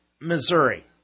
Missouri